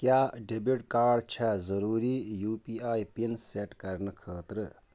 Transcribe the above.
کیٛاہ debit card چھا ضروٗری U P I PIN set کرنہٕ خٲطرٕ؟